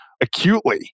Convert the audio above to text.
acutely